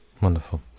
Wonderful